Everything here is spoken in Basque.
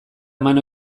eman